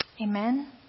Amen